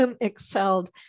excelled